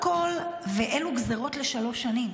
אלו גזרות לשלוש שנים,